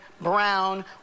Brown